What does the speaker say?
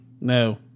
No